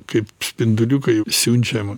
kaip spinduliukai siunčiam